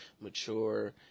mature